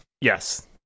Yes